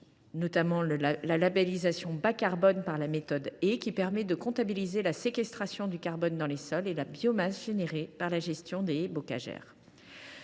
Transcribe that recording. notamment lancé la labellisation bas carbone par la méthode Haies, qui comptabilise la séquestration du carbone dans les sols et la biomasse générée par la gestion des haies bocagères.